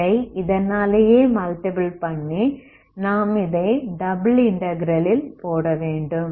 இதை இதனாலேயே மல்டிப்ளை பண்ணி நாம் இதை டபிள் இன்டகிரல் ல் போடவேண்டும்